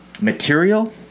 material